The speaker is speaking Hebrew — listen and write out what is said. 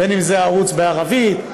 בין שזה ערוץ בערבית,